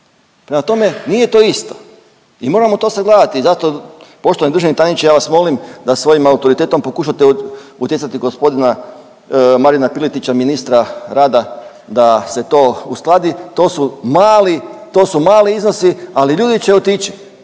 Prema tome, nije to isto i moramo to sagledati i zato poštovani državni tajniče ja vas molim da svojim autoritetom pokušate utjecati na gospodina Marina Piletića, ministra rada da se to uskladi. To su mali iznosi, ali ljudi će otići.